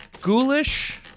ghoulish